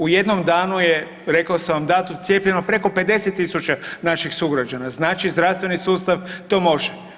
U jednom danu rekao sam vam datum cijepljeno preko 50.000 naših sugrađana, znači zdravstveni sustav to može.